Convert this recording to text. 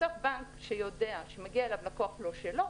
בסוף בנק שיודע שמגיע אליו לקוח לא שלו,